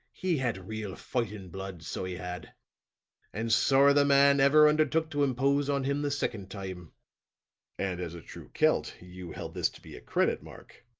he had real fighting blood, so he had and sorra the man ever undertook to impose on him the second time and as a true celt, you held this to be a credit mark,